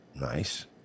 Nice